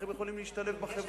איך הם יכולים להשתלב בחברה?